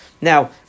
Now